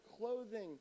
clothing